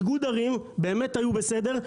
איגוד ערים באמת היו בסדר,